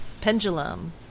pendulum